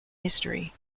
history